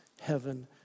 heaven